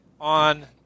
on